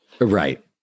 right